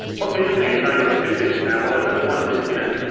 what's interesting is you've only got two disks now. well, there's only one disk in it.